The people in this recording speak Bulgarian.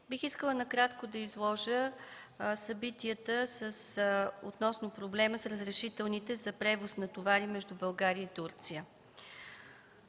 Бих искала накратко да изложа събитията относно проблема с разрешителните за превоз на товари между България и Турция.